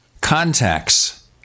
Contacts